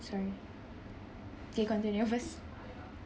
sorry okay continue first